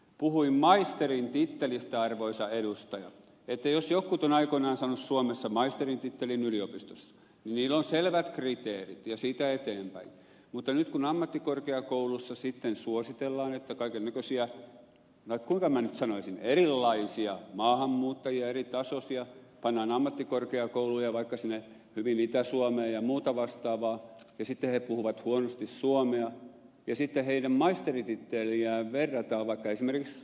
puhuin maisterin tittelistä arvoisa edustaja että jos jotkut ovat aikoinaan saaneet suomessa maisterin tittelin yliopistossa niin niillä on selvät kriteerit ja siitä eteenpäin mutta nyt kun ammattikorkeakoulussa sitten suositellaan että kaikennäköisiä kuinka minä nyt sanoisin erilaisia maahanmuuttajia eri tasoisia pannaan ammattikorkeakouluun ja vaikka sinne itä suomeen ja muuta vastaavaa ja sitten he puhuvat huonosti suomea ja sitten heidän maisterititteliään verrataan toisiinsa vaikka esimerkiksi ed